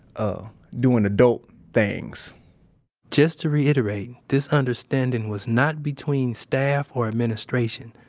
ah, doing adult things just to reiterate, this understanding was not between staff or administration.